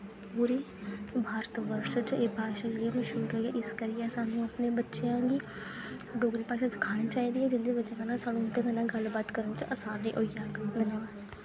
पूरे भारत बर्श च एह् भाशा मश्हूर होऐ इस करियै सानूं अपने बच्चें गी डोगरी भाशा सखानी चाहिदी ऐ जेह्दी ब'जा कन्नै उं'दै कन्नै गल्ल बात करने च असानी होई जाह्ग